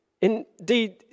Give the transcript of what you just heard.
Indeed